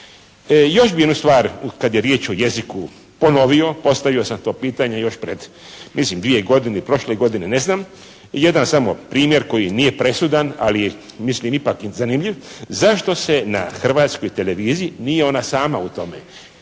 Još bih jednu stvar kada je riječ o jeziku ponovio, postavio sam to pitanje još pred mislim dvije godine i prošle godine, ne znam. Jedan samo primjer koji nije presudan, ali je mislim ipak zanimljiv. Zašto se na Hrvatskoj televiziji, nije ona sama u tome,